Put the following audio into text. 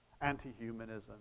anti-humanism